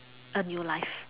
a new life